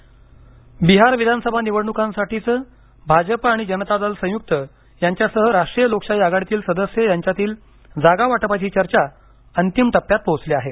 बिहार निवडणक बिहार विधानसभा निवडणुकांसाठीचं भाजप आणि जनता दल संयुक्त यांच्यासह राष्ट्रीय लोकशाही आघाडीतील सदस्य यांच्यातील जागा वाटपाची चर्चा अंतिम टप्प्यात पोहोचली आहे